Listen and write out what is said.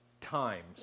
times